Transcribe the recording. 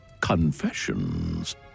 confessions